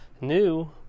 New